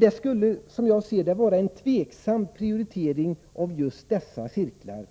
Det skulle, som jag ser det, vara en tvivelaktig 22 mars 1984 prioritering av just dessa cirklar. mtr is skibliner